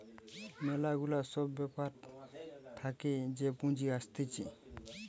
ম্যালা গুলা সব ব্যাপার থাকে যে পুঁজি আসতিছে